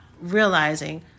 realizing